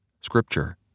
Scripture